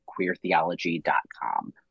queertheology.com